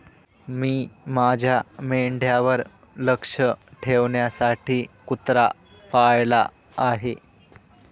मी माझ्या मेंढ्यांवर लक्ष ठेवण्यासाठी कुत्रा पाळला आहे